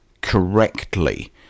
correctly